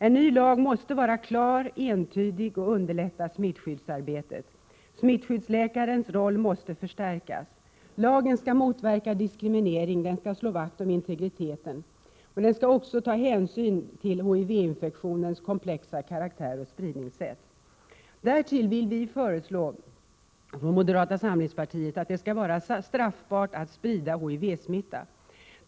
En ny lag måste vara klar, entydig och underlätta smittskyddsarbetet. Smittskyddsläkarens roll måste förstärkas. Lagen skall motverka diskriminering och slå vakt om integriteten. Den skall också ta hänsyn till HIV-infektionens komplexa karaktär och spridningssätt. Därtill vill vi i moderata samlingspartiet föreslå att det skall vara straffbart att sprida HIV-smitta.